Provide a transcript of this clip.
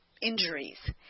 injuries